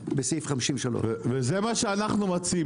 בסעיף 53. וזה מה שאנחנו מציעים.